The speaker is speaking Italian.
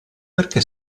perché